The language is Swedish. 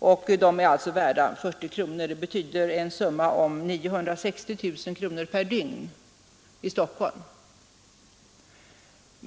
Riktpriset är 40 kronor per styck. Det blir en totalkostnad av 960 000 kronor per dygn enbart i Stockholm.